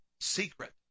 secret